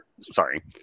sorry